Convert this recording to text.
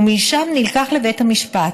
ומשם נלקח לבית המשפט.